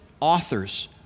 authors